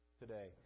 today